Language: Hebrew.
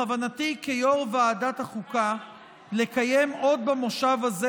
בכוונתי כיו"ר ועדת החוקה לקיים עוד במושב הזה